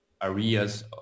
areas